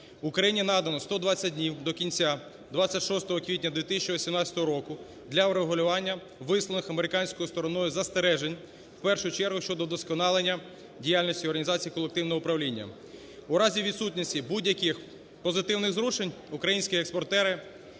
Україні надано 120 днів до кінця 26 квітня 2018 року для врегулювання висловлених американською стороною застережень, в першу чергу щодо вдосконалення діяльності організації колективного управління. У разі відсутності будь-яких позитивних зрушень українські експортери